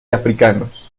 africanos